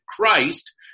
Christ